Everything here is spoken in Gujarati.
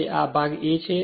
તે આ ભાગ A છે